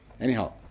Anyhow